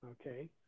Okay